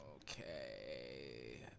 Okay